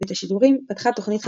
ואת השידורים פתחה תוכנית חדשה,